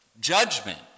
judgment